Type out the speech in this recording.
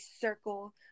circle